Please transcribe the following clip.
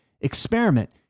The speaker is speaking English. experiment